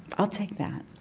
i'll take that